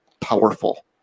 powerful